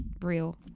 real